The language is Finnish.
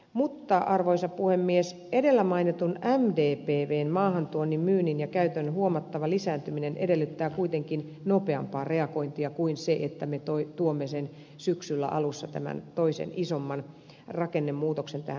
mutta arvoisa puhemies edellä mainitun mdpvn maahantuonnin myynnin ja käytön huomattava lisääntyminen edellyttää kuitenkin nopeampaa reagointia kuin se että me tuomme syksyn alussa tämän toisen isomman rakennemuutoksen tähän huumausainelakiin